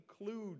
include